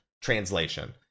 translation